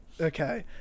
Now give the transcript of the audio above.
Okay